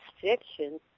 fiction